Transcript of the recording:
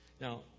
Now